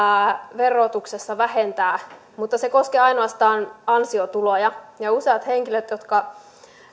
verotuksessa vähentää mutta se koskee ainoastaan ansiotuloja useat henkilöt jotka